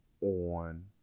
on